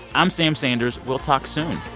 i'm sam sanders. we'll talk soon